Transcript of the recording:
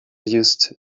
used